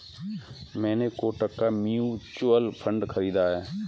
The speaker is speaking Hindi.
मैंने कोटक का म्यूचुअल फंड खरीदा है